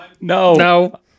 No